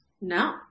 No